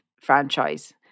franchise